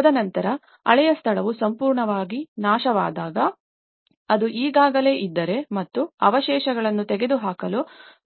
ತದನಂತರ ಹಳೆಯ ಸ್ಥಳವು ಸಂಪೂರ್ಣವಾಗಿ ನಾಶವಾದಾಗ ಅದು ಈಗಾಗಲೇ ಇದ್ದರೆ ಮತ್ತು ಅವಶೇಷಗಳನ್ನು ತೆಗೆದುಹಾಕಲು